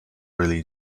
really